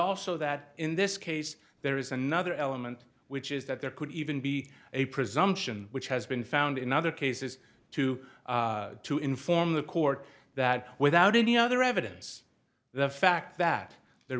also that in this case there is another element which is that there could even be a presumption which has been found in other cases to to inform the court that without any other evidence the fact that they're